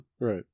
right